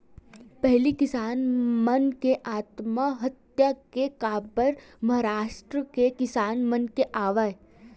पहिली किसान मन के आत्महत्या के खबर महारास्ट के किसान मन के आवय